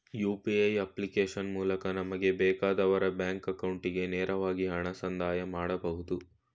UPA application ಮೂಲಕ ನಮಗೆ ಬೇಕಾದವರ ಬ್ಯಾಂಕ್ ಅಕೌಂಟಿಗೆ ನೇರವಾಗಿ ಹಣ ಸಂದಾಯ ಮಾಡಬಹುದು